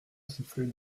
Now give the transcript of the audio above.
souffler